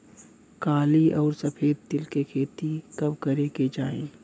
काली अउर सफेद तिल के खेती कब करे के चाही?